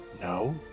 No